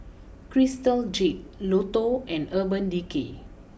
Crystal Jade Lotto and Urban Decay